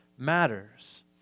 matters